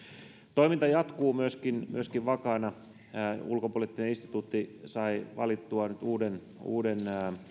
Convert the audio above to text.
toiminta jatkuu myöskin myöskin vakaana ulkopoliittinen instituutti sai valittua nyt uuden